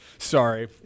Sorry